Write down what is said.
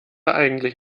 eigentlich